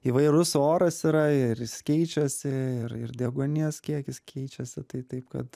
įvairus oras yra ir jis keičiasi ir ir deguonies kiekis keičiasi tai taip kad